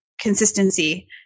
consistency